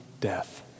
death